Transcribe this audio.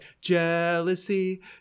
jealousy